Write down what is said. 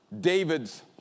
David's